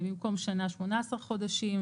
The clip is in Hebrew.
במקום שנשנה 18 חודשים,